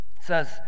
says